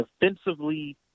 defensively